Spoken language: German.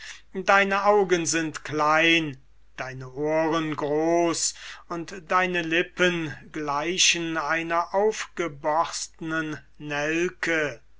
deine augen sind klein deine ohren groß und deine lippen gleichen einer aufgeborstnen nelke